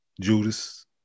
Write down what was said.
Judas